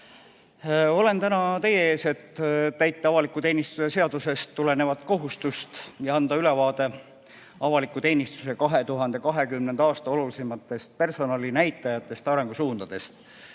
Olen täna teie ees, et täita avaliku teenistuse seadusest tulenevat kohustust ja anda ülevaade avaliku teenistuse 2020. aasta olulisematest personalinäitajatest, arengusuundadest.